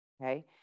okay